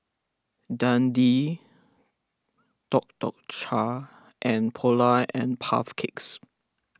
Dundee Tuk Tuk Cha and Polar and Puff Cakes